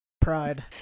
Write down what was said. Pride